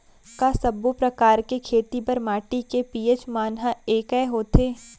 का सब्बो प्रकार के खेती बर माटी के पी.एच मान ह एकै होथे?